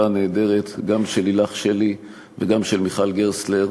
נהדרת גם של לילך שלי וגם של מיכל גרסטלר,